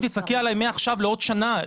אם תצעקי עליי מעכשיו לעוד שנה,